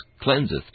cleanseth